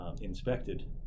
inspected